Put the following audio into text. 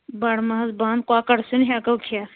بَڑٕ ماز بنٛد کۄکَر سیُن ہٮ۪کَو کھٮ۪تھ